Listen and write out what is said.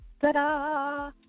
ta-da